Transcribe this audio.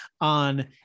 On